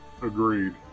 Agreed